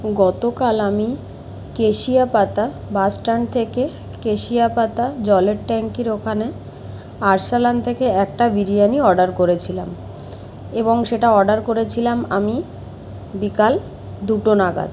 গতকাল আমি Keshiapata bus stand থেকে কেশিয়াপাতা জলের ট্যাঙ্কির ওখানে আর্সেলান থেকে একটা বিরিয়ানি অর্ডার করেছিলাম এবং সেটা অর্ডার করেছিলাম আমি বিকাল দুটো নাগাদ